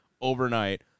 Overnight